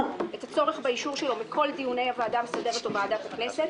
את הצורך באישור שלו מכל דיוני הוועדה המסדרת או ועדת הכנסת.